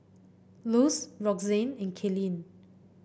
Luz Roxanne and Kaelyn